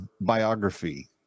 biography